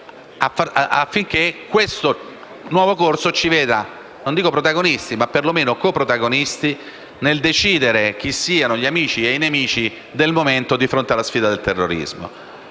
affinché questo nuovo corso ci veda, non dico protagonisti, ma almeno coprotagonisti nel decidere chi siano gli amici e i nemici del momento di fronte alla sfida del terrorismo.